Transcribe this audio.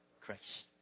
Christ